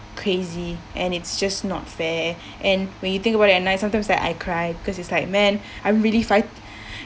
crazy and it's just not fair and we think about at night sometimes like I cry because it's like man I'm really fight